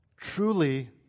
Truly